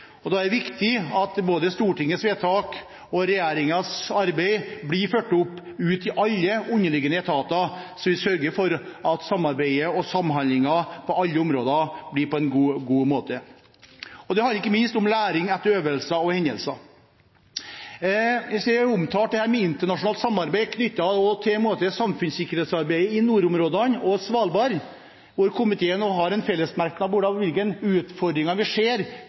ledelse. Da er det viktig at både Stortingets vedtak og regjeringens arbeid blir fulgt opp i alle underliggende etater, slik at vi sørger for at samarbeidet og samhandlingen på alle områder skjer på en god måte. Det handler ikke minst om læring etter øvelser og hendelser. Jeg ser at internasjonalt samarbeid knyttet til samfunnssikkerhetsarbeidet i nordområdene og på Svalbard også er omtalt, hvor komiteen har en fellesmerknad om hvilke utfordringer vi ser